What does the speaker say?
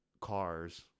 cars